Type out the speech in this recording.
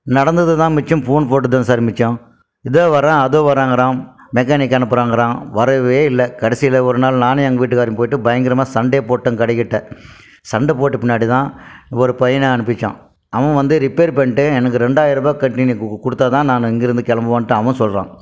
நடந்தது தான் மிச்சம் ஃபோன் போட்டு தான் சார் மிச்சம் இதோ வரேன் அதோ வரேன்ங்கிறான் மெக்கானிக் அனுப்புகிறாங்கறான் வரவே இல்லை கடைசியில் ஒரு நாள் நானும் எங்கள் வீட்டுக்காரியும் போய்விட்டு பயங்கரமாக சண்டை போட்டேன் கடைக்கிட்டே சண்டை போட்ட பின்னாடி தான் ஒரு பையனை அனுப்பித்தான் அவன் வந்து ரிப்பேர் பண்ணிட்டு எனக்கு ரெண்டாயிரம் ரூபாய் கட்டி நீ கு கு கொடுத்தா தான் நான் இங்கிருந்து கிளம்புவன்ட்டு அவன் சொல்கிறான்